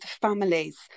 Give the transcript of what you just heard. families